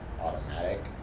automatic